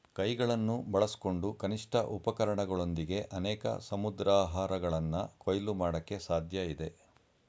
ಕೈಗಳನ್ನು ಬಳಸ್ಕೊಂಡು ಕನಿಷ್ಠ ಉಪಕರಣಗಳೊಂದಿಗೆ ಅನೇಕ ಸಮುದ್ರಾಹಾರಗಳನ್ನ ಕೊಯ್ಲು ಮಾಡಕೆ ಸಾಧ್ಯಇದೆ